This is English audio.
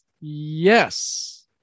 yes